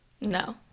no